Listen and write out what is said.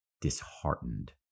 disheartened